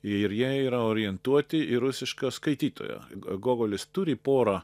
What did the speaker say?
ir jie yra orientuoti į rusišką skaitytoją gogolis turi porą